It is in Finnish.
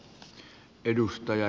arvoisa puhemies